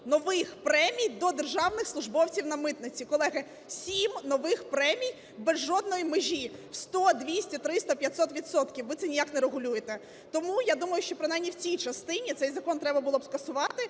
нових премій до державних службовців на митниці. Колеги, сім нових премій без жодної межі – в 100, 200, 300, 500 відсотків. Ви це ніяк не регулюєте. Тому я думаю, що принаймні в цій частині цей закон треба було б скасувати,